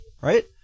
right